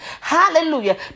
Hallelujah